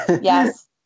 Yes